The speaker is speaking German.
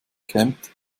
kämmt